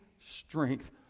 strength